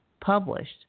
published